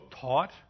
taught